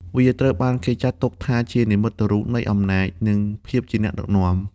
វាត្រូវបានគេចាត់ទុកថាជានិមិត្តរូបនៃអំណាច និងភាពជាអ្នកដឹកនាំ។